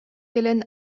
кэлэн